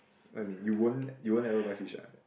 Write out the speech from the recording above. what you mean you won't you won't ever buy fish ah